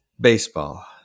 Baseball